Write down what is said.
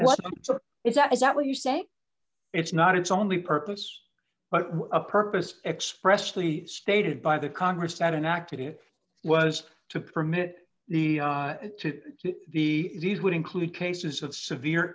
what is that is that what you say it's not its only purpose but a purpose expressly stated by the congress that an active was to permit need to be would include cases of severe